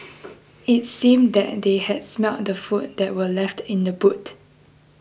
it seemed that they had smelt the food that were left in the boot